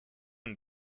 and